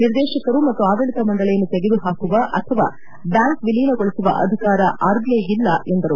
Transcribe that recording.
ನಿರ್ದೇಶಕರ ಮತ್ತು ಆಡಳಿತ ಮಂಡಳಿಯನ್ನು ತೆಗೆದು ಹಾಕುವ ಅಥವಾ ಬ್ಲಾಂಕ್ ವಿಲೀನಗೊಳಿಸುವ ಅಧಿಕಾರ ಆರ್ ಬಿಐಗಿಲ್ಲ ಎಂದರು